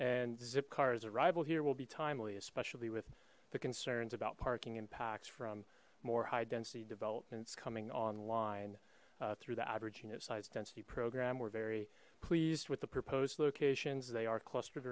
and zip cars arrival here will be timely especially with the concerns about parking impacts from more high density developments coming online through the average you know size density program we're very pleased with the proposed locations they are clustered